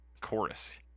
Chorus